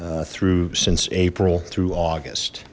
through since april through august